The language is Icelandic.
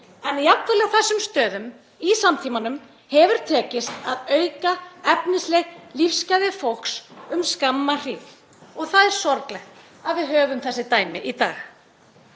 En jafnvel á þessum stöðum í samtímanum hefur tekist að auka efnisleg lífsgæði fólks um skamma hríð og það er sorglegt að við höfum þessi dæmi í dag.